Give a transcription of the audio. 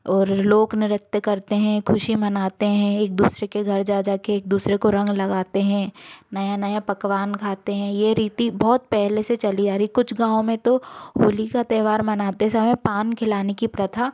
और लोक नृत्य करते हैं खुशी मनाते हैं एक दूसरे के घर जा जा के एक दूसरे को रंग लगाते हैं नया नया पकवान खाते हैं ये रीति बहुत पहले से चली आ रही कुछ गाँव में तो होली का त्यौहार मनाते समय पान खिलाने की प्रथा